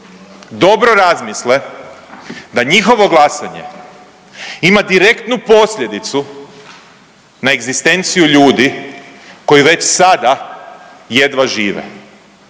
dobro razmisle da njihovo glasanje ima direktnu posljedicu na egzistenciju ljudi koji već sada jedva žive.